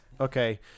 Okay